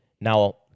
Now